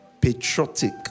Patriotic